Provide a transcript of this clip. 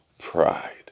pride